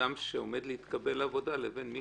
אדם שעומד להתקבל לעבודה לבין מי